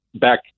back